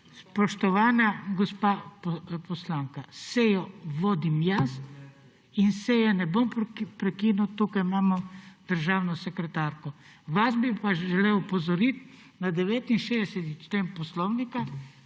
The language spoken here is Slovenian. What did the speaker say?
Spoštovana gospa poslanka, sejo vodim jaz in seje ne bom prekinil. Tukaj imamo državno sekretarko. Vas bi pa želel opozoriti na 69. člen poslovnika.